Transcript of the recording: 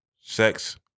sex